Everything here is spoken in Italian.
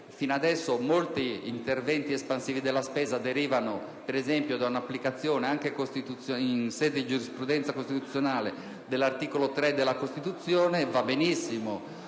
Fino ad ora molti interventi espansivi della spesa sono derivati da un'applicazione anche in sede di giurisprudenza costituzionale dell'articolo 3 della Costituzione, su cui non